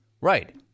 right